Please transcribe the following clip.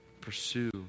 Pursue